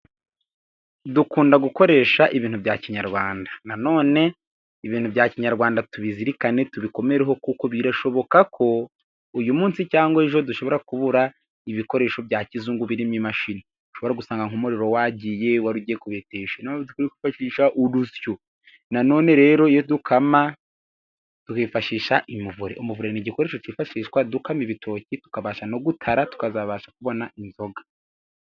Dukunda gukoresha ibintu bya kinyarwanda, nanone ibintu bya kinyarwanda tubizirikane tubikomereho, kuko birashoboka ko uyu munsi cyangwa ejo dushobora kubura ibikoresho bya kizungu, birimo imashini, ushobora gusanga nk'umuriro wagiye wari ugiye kubetesha ni yo mpamvu tugomba kwifashisha urusyo. Nanano rero iyo dukama twifashisha umuvure ni umuvure ni igikoresho cyifashishwa dukama ibitoki, tukabasha no gutara tukazabasha kubona inzoga.